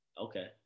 Okay